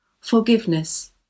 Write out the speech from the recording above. forgiveness